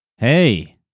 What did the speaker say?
Hey